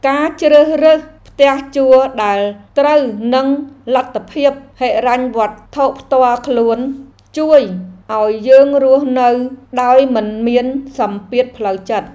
ការជ្រើសរើសផ្ទះជួលដែលត្រូវនឹងលទ្ធភាពហិរញ្ញវត្ថុផ្ទាល់ខ្លួន ជួយឱ្យយើងរស់នៅដោយមិនមានសម្ពាធផ្លូវចិត្ត។